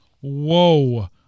Whoa